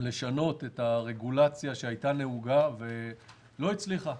לשנות את הרגולציה שהייתה נהוגה ולא הצליחה,